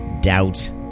doubt